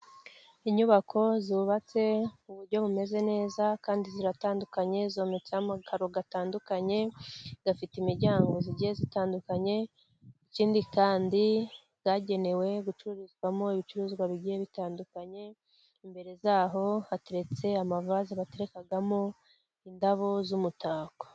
Inyubako zubatse mu buryo bumeze neza kandi ziratandukanye ,zometse amakaro atandukanye ,afite imiryango itandukanye, ikindi kandi bwagenewe gucururizwamo ibicuruzwa bigiye bitandukanye ,imbere yaho hateretse amavaze baterekamo indabo z'umutako.